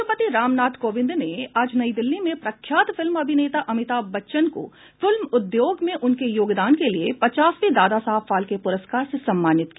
राष्ट्रपति रामनाथ कोविन्द ने आज नई दिल्ली में प्रख्यात फिल्म अभिनेता अमिताभ बच्चन को फिल्म उद्योग में उनके योगदान के लिए पचासवें दादासाहेब फाल्के पुरस्कार से सम्मानित किया